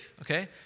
Okay